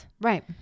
Right